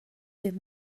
dydd